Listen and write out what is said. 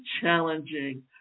challenging